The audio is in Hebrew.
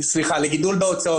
סליחה, גידול בהוצאות.